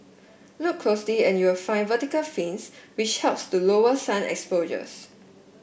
look closely and you'll find vertical fins which helps to lower sun exposures